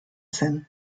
zen